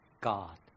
God